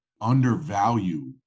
undervalue